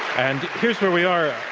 and here's where we are.